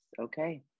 Okay